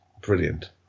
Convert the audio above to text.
brilliant